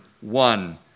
one